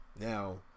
Now